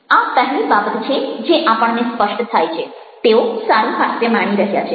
આ પહેલી બાબત છે જે આપણને સ્પષ્ટ થાય છે તેઓ સારું હાસ્ય માણી રહ્યા છે